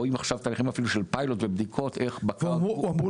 רואים את הנתונים של פיילוט ובדיקות- -- הוא אמור